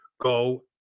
go